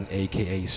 aka